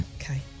Okay